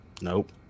Nope